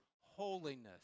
holiness